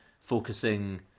focusing